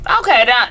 Okay